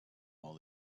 all